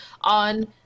on